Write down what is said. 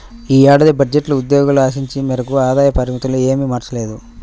ఈ ఏడాది బడ్జెట్లో ఉద్యోగులు ఆశించిన మేరకు ఆదాయ పరిమితులు ఏమీ మార్చలేదు